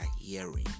hearing